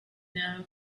now